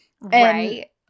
Right